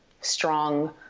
strong